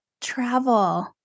travel